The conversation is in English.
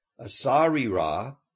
asarira